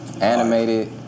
Animated